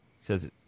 Says